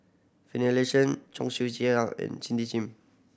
Finlayson Cheong Siew Keong and Cindy Sim